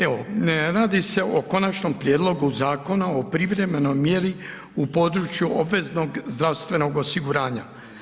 Evo, radi se o Konačnom prijedlogu Zakona o privremenoj mjeri u području obveznog zdravstvenog osiguranja.